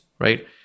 right